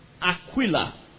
Aquila